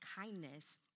kindness